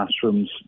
classrooms